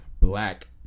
Black